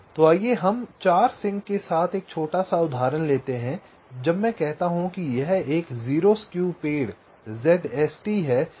तो आइए हम 4 सिंक के साथ एक छोटा सा उदाहरण लेते हैं जब मैं कहता हूं कि यह एक 0 स्क्यू पेड़ ZST है